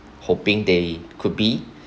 hoping they could be